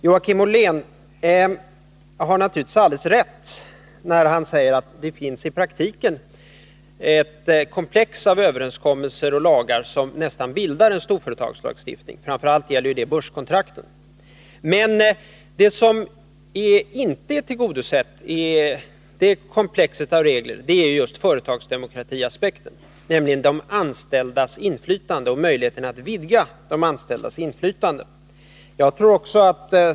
Joakim Ollén har naturligtvis rätt när han säger att det i praktiken finns ett komplex av överenskommelser och lagar, som nästan bildar en storföretagslagstiftning. Framför allt gäller det börskontrakten. Men det som inte är tillgodosett i det komplexet av regler är just företagsdemokratiaspekten, nämligen de anställdas inflytande och möjligheten att vidga de anställdas inflytande.